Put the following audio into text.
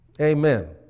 Amen